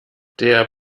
der